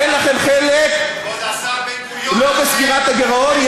כבוד השר, בן-גוריון, לא בסגירת הגירעון.